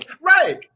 Right